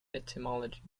etymology